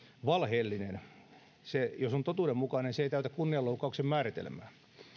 valheellinen jos se on totuudenmukainen se ei täytä kunnianloukkauksen määritelmää